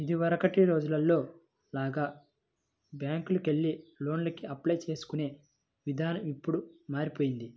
ఇదివరకటి రోజుల్లో లాగా బ్యేంకుకెళ్లి లోనుకి అప్లై చేసుకునే ఇదానం ఇప్పుడు మారిపొయ్యింది